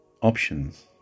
options